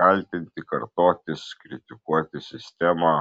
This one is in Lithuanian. kaltinti kartotis kritikuoti sistemą